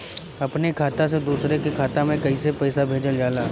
अपने खाता से दूसरे के खाता में कईसे पैसा भेजल जाला?